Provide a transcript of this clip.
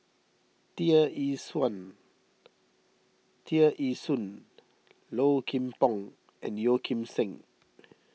Tear Ee Tear Ee Soon Low Kim Pong and Yeo Kim Seng